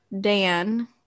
Dan